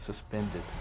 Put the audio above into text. suspended